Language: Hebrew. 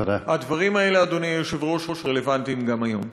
הדברים האלה, אדוני היושב-ראש, רלוונטיים גם היום.